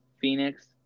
phoenix